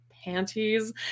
panties